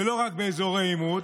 ולא רק באזורי עימות,